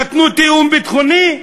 נתנו תיאום ביטחוני?